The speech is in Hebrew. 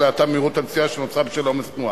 האטה במהירות הנסיעה שנוצרה בשל עומס תנועה.